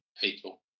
people